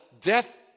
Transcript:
death